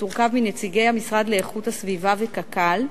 שתורכב מנציגי המשרד לאיכות הסביבה וקק"ל,